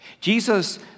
Jesus